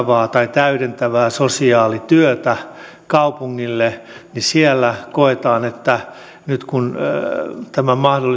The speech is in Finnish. täydentävää sosiaalityötä kaupungille ja siellä koetaan että nyt kun tämän mahdollisen